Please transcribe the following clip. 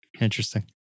Interesting